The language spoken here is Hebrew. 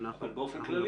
אבל אתה מדבר באופן כללי.